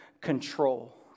control